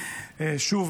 שוב,